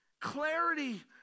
Clarity